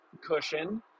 cushion